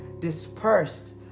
dispersed